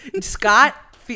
Scott